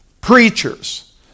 preachers